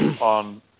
on